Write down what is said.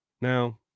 Now